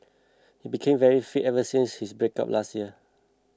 he became very fit ever since his breakup last year